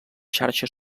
xarxes